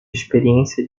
experiência